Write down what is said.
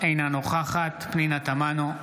אינה נוכחת פנינה תמנו,